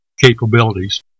capabilities